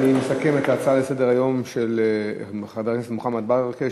אני מסכם את ההצעה לסדר-היום של חבר הכנסת מוחמד ברכה,